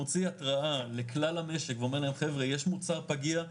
מוציא התראה לכלל המשק ואומר להם חבר'ה יש מוצר פגיע,